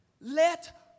Let